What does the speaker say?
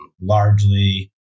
largely